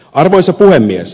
arvoisa puhemies